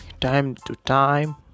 time-to-time